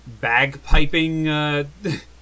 bagpiping